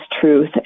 truth